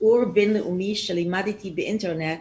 שיעור שלימדתי באינטרנט,